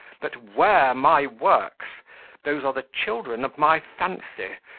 but ware my works those are the children of my fancy,